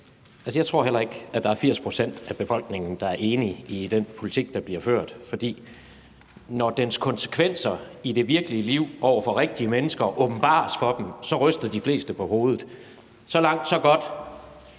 Jeg tror heller ikke, at der er 80 pct. af befolkningen, der er enige i den politik, der bliver ført, for når dens konsekvenser i det virkelige liv over for rigtige mennesker åbenbares for dem, ryster de fleste på hovedet. Så langt, så godt.